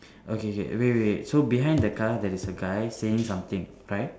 okay K wait wait so behind the car there is a guy saying something right